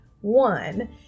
one